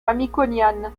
mamikonian